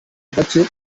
gacye